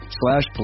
slash